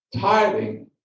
tithing